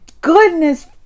goodness